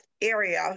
area